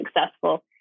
successful